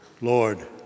Lord